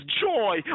joy